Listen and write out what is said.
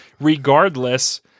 regardless